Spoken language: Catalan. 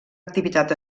activitat